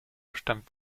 stammt